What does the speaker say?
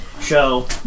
show